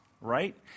right